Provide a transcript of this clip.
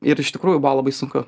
ir iš tikrųjų buvo labai sunku